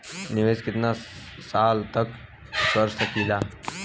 निवेश कितना साल तक कर सकीला?